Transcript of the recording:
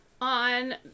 on